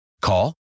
Call